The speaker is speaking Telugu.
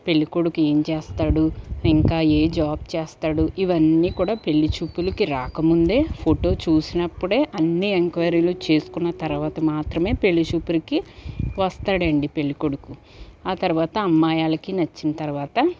పెళ్ళికొడుకు ఏం చేస్తాడు ఇంకా ఏ జాబ్ చేస్తాడు ఇవన్నీ కూడా పెళ్లి చూపులుకి రాకముందే ఫోటో చూసినప్పుడే అన్ని ఎంక్వయిరీలు చేసుకున్న తర్వాత మాత్రమే పెళ్లిచూపులకి వస్తాడండి పెళ్లి కొడుకు తర్వాత అమ్మాయి వాల్లకి నచ్చిన తర్వాత